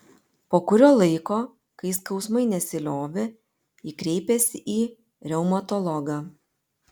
po kurio laiko kai skausmai nesiliovė ji kreipėsi į reumatologą